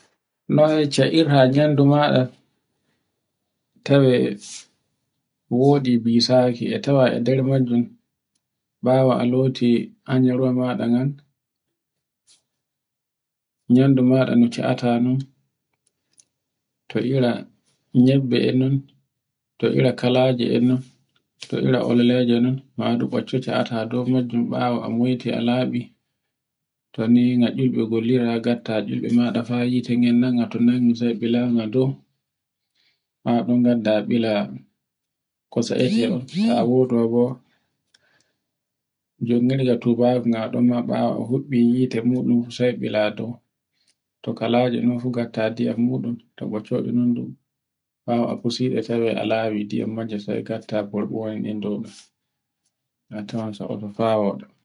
Noy ca'irta nyamdu maɗa tawe wodi bisake, a tawa e nder majjum ɓawo a loti anyarwa maɗa ngan, nyamdu maɗa no ca'ata nun to ira nyebbe e nun, to ira kalaje anun, to ira oleleje non, madu ɓatcacata dow ɓawo a moyte a laɓi. To ni nga tculɓe ngollirta ngatta yculɓe mada haa hite nen nanga. to nangi sai ɓila nga dow fa ɗun ngadda ɓila ko sa'irta on, to a woduwa bo jongirga tubako ngaɗon ma ɓawo a huɓɓi hite muɗum ɓila dow. to kalaje nu fu ngatta ndiyam muɗum to ɓocco ndiyam muɗu. to ɓoccoɗe muɗum ɓawo a fusi ɗe a tawe lawi ndiyam majje sai gatta burbuwan dow ɗan. a tawan so'oto fa woɗa.